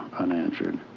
unanswered,